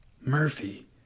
Murphy